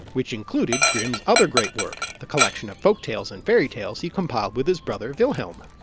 which included grimm's other great work, the collection of folktales and fairytales he compiled with his brother wilhelm.